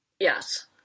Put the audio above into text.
yes